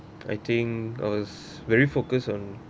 I think I was very focus on